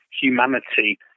humanity